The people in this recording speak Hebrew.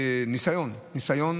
של ניסיון